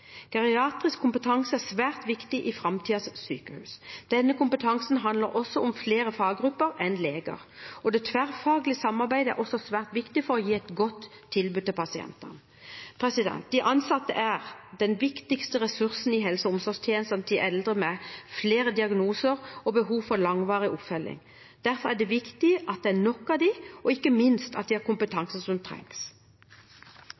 geriatrisk kompetanse. Geriatrisk kompetanse er svært viktig i framtidens sykehus. Denne kompetansen handler om flere faggrupper enn leger, og det tverrfaglige samarbeidet er også svært viktig for å gi et godt tilbud til pasientene. De ansatte er den viktigste ressursen i helse- og omsorgstjenestene til eldre med flere diagnoser og behov for langvarig oppfølging. Derfor er det viktig at det er nok av dem, og ikke minst at de har